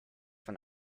von